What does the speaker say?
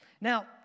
Now